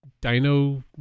Dino